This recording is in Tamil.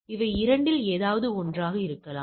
இவை இரண்டில் ஏதாவது ஒன்றாக இருக்கலாம்